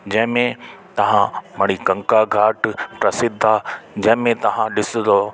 जंहिंमें तव्हां मणिकंका घाट प्रसिद्ध आहे जंहिंमें तव्हां ॾिसंदो